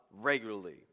regularly